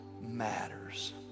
matters